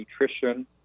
nutrition